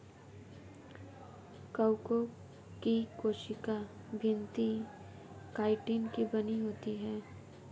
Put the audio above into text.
कवकों की कोशिका भित्ति काइटिन की बनी होती है